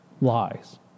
lies